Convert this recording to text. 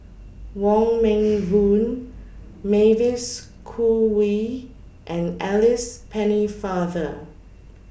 Wong Meng Voon Mavis Khoo Oei and Alice Pennefather